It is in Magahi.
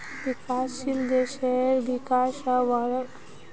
विकासशील देशेर विका स वहाक कर्ज स बाहर निकलवा सके छे